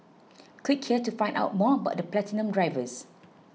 click here to find out more about the Platinum drivers